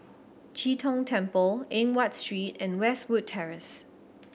Chee Tong Temple Eng Watt Street and Westwood Terrace